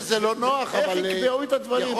איך יקבעו את הדברים?